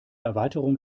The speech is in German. erweiterung